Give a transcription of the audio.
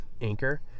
Anchor